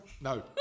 no